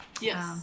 Yes